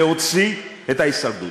להוציא את ההישרדות.